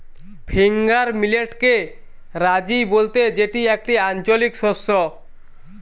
finger মিলেটকে রাজি বলতে যেটি একটি আঞ্চলিক শস্য